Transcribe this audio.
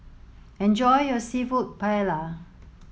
enjoy your Seafood Paella